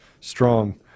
strong